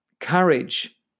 courage